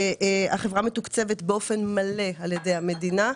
החברה מתוקצבת באופן מלא על-ידי המדינה.